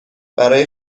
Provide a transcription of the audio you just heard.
برای